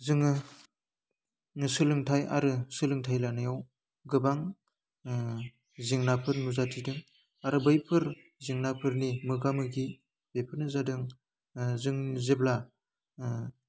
जोङो सोलोंथाइ आरो सोलोंथाइ लानायाव गोबां ओह जेंनाफोर नुजाथिदों आरो बैफोर जेंनाफोरनि मोगा मोगि बेफोरनो जादों ओह जों जेब्ला ओह